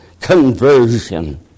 conversion